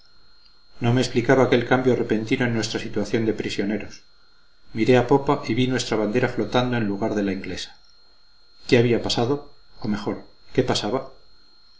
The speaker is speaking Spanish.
no me explicaba aquel cambio repentino en nuestra situación de prisioneros miré a popa y vi nuestra bandera flotando en lugar de la inglesa qué había pasado o mejor qué pasaba